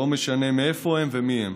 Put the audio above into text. לא משנה מאיפה הם ומיהם.